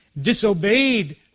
disobeyed